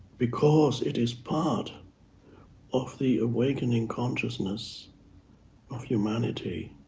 because it is part of the awakening consciousness of humanity.